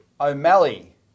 O'Malley